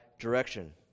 direction